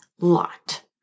lot